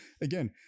again